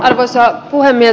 arvoisa puhemies